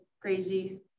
crazy